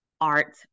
art